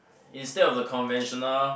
instead of the conventional